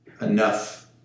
enough